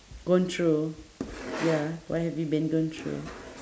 gone through ya what have you been gone through